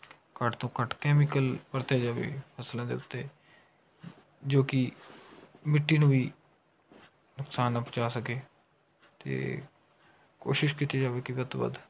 ਘੱਟ ਤੋਂ ਘੱਟ ਕੈਮੀਕਲ ਵਰਤਿਆ ਜਾਵੇ ਫਸਲਾਂ ਦੇ ਉੱਤੇ ਜੋ ਕਿ ਮਿੱਟੀ ਨੂੰ ਵੀ ਨੁਕਸਾਨ ਨਾ ਪਹੁੰਚਾ ਸਕੇ ਅਤੇ ਕੋਸ਼ਿਸ਼ ਕੀਤੀ ਜਾਵੇ ਕਿ ਵੱਧ ਤੋਂ ਵੱਧ